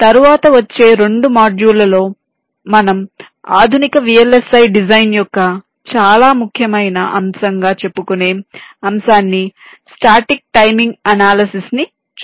అలాగే తరువాత వచ్చే రెండు మాడ్యూళ్ళలో మనం ఆధునిక VLSI డిజైన్ యొక్క చాలా ముఖ్యమైన అంశం గా చెప్పుకునే అంశాన్ని స్టాటిక్ టైమింగ్ అనాలిసిస్ ని చూస్తాము